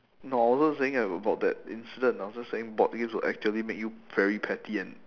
no I wasn't saying about that incident I was just saying board games would actually make you very petty and